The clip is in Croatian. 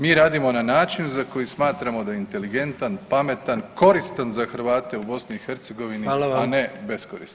Mi radimo na način za koji smatramo da je inteligentan, pametan, koristan za Hrvate u BiH [[Upadica: Hvala vam.]] a ne beskoristan.